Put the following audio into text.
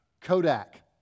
Kodak